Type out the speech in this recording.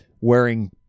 wearing